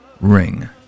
ring